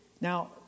Now